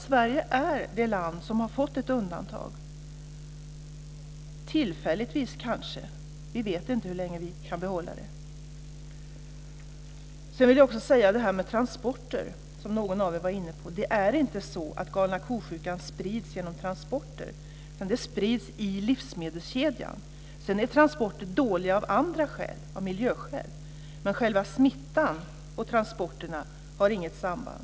Sverige är det land som har fått ett, kanske tillfälligtvis, undantag. Vi vet inte hur länge vi kan behålla det. Någon av er var inne på frågan om transporter. Galna ko-sjukan sprids inte genom transporter. Den sprids i livsmedelskedjan. Transporter är dåliga av andra skäl, bl.a. miljöskäl. Men själva smittan och transporterna har inget samband.